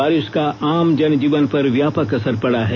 बारिश का आम जनजीवन पर व्यापक असर पड़ा है